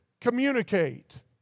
communicate